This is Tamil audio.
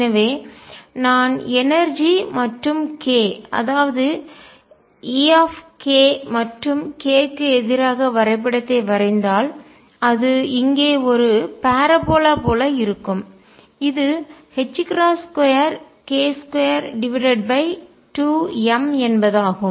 எனவே நான் எனர்ஜிஆற்றல் மற்றும் k அதாவது E மற்றும் k க்கு எதிராக வரைபடத்தை வரைந்தால் அது இங்கே ஒரு பரபோலா பரவளையம் parabola போல இருக்கும் இது 2k22mஎன்பதாகும்